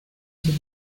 sus